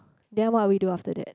then what are we do after that